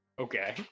Okay